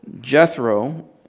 Jethro